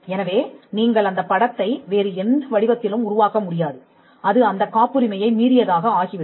எனவே நீங்கள் அந்த படத்தை வேறு எந்த வடிவத்திலும் உருவாக்க முடியாது அது அந்தக் காப்புரிமையை மீறியதாக ஆகி விடும்